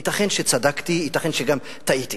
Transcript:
ייתכן שצדקתי וייתכן שגם טעיתי,